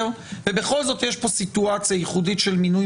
ובכל זאת יש פה סיטואציה ייחודית של מינוי